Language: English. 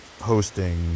hosting